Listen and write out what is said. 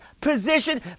position